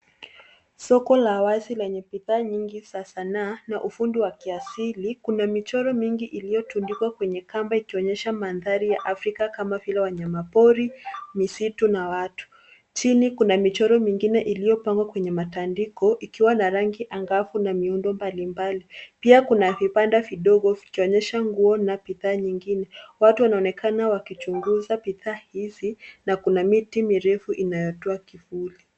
Soko la wazi lenye bidhaa nyingi za sanaa na ufundi wa kiasili. Kuna michoro mingi iliyo tundikwa kwenye kamba ikionyesha mandhari ya Afrika kama vile wanyama pori, misitu na watu. Chini kuna michoro mingine iliyo pangwa kwenye matandiko, ikiwa na rangi angavu na miundo mbalimbali. Pia kuna vibanda vidogo vikionyesha nguo na bidhaa nyingine. Watu wanaonekana wakichunguza bidhaa hizi, na kuna miti mirefu inayotoa kivuli.